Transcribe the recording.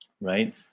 right